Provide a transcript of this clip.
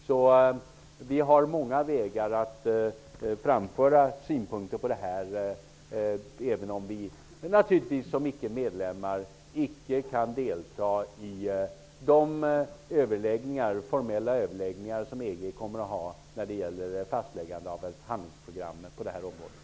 Vi har alltså många vägar att framföra synpunkter på det här, även om vi naturligtivs som ickemedlemmar inte kan delta i de formella överläggningar som EG kommer att ha när det gäller fastläggande av ett handlingsprogram på det här området.